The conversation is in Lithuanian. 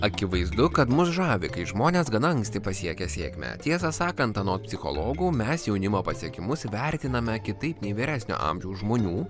akivaizdu kad mus žavi kai žmonės gana anksti pasiekia sėkmę tiesą sakant anot psichologų mes jaunimo pasiekimus vertiname kitaip nei vyresnio amžiaus žmonių